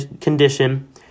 condition